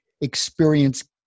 experience